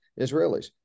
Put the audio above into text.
Israelis